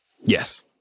Yes